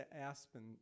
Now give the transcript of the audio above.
aspen